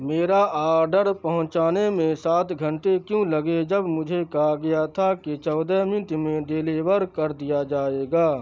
میرا آرڈر پہنچانے میں سات گھنٹے کیوں لگے جب مجھے کہا گیا تھا کہ چودہ منٹ میں ڈیلیور کر دیا جائے گا